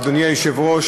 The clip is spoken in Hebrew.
אדוני היושב-ראש,